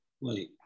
Wait